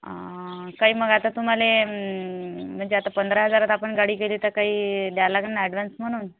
काही मग आता तुम्हाला म्हणजे आता पंधरा हजारात आपण गाडी केली तर काही द्यावं लागंल ना ऍडव्हान्स म्हणून